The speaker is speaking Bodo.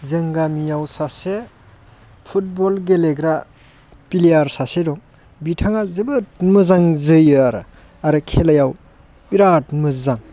जोंनि गामियाव सासे फुटबल गेलेग्रा प्लेयार सासे दं बिथाङा जोबोद मोजां जोयो आरो आरो खेलायाव बिरात मोजां